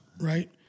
Right